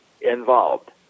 involved